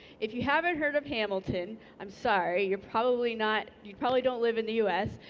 if you haven't heard of hamilton, i'm sorry, you're probably not you probably don't live in the u s,